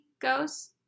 goes